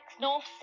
North